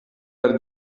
per